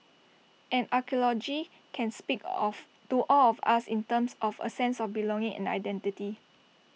and archaeology can speak of to all of us in terms of A sense of belonging and identity